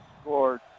scored